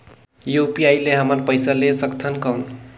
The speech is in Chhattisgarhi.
यू.पी.आई ले हमन पइसा ले सकथन कौन?